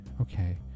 okay